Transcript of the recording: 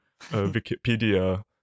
wikipedia